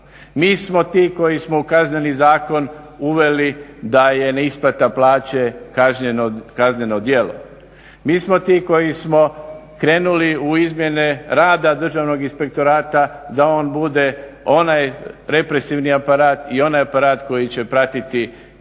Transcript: Mi smo ti koji smo u Kazneni zakon uveli da je neisplata plaće kazneno djelo, mi smo ti koji smo krenuli u izmjene rada Državnog inspektorata da on bude onaj represivni aparat i onaj aparat koji će pratiti rad